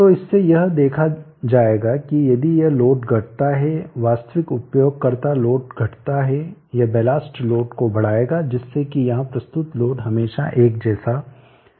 तो इससे यह देखा जाएगा कि यदि यह लोड घटता है वास्तविक उपयोगकर्ता लोड घटता है यह बेलास्ट लोड को बढ़ाएगा जिससे कि यहां प्रस्तुत लोड हमेशा एक जैसा हो